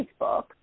Facebook